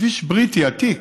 כביש בריטי עתיק,